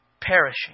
perishing